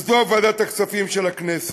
וזו ועדת הכספים של הכנסת.